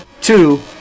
two